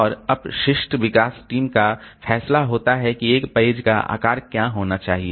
और अपशिष्ट विकास टीम का फैसला होता है कि एक पेज का आकार क्या होना चाहिए